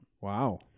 Wow